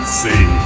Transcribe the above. see